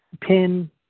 PIN